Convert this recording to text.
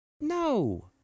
No